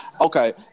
Okay